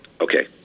Okay